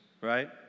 right